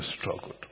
struggled